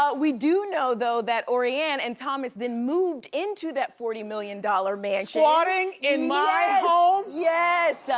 ah we do know though that orianne and thomas then moved into that forty million dollars mansion. squatting in my home! yes,